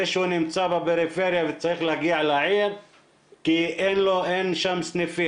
אם יש לך נקודת שירות כזאת שלא קיימת במקום שבו אתה סבור שיש צורך בכך,